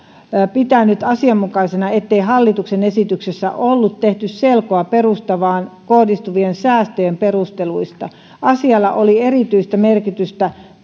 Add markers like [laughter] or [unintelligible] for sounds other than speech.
pitänyt asianmukaisena ettei hallituksen esityksessä ollut tehty selkoa perusturvaan kohdistuvien säästöjen perusteluista asialla oli erityistä merkitystä [unintelligible]